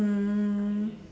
um